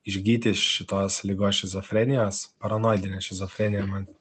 išgyti šitos ligos šizofrenijos paranoidinė šizofrenija man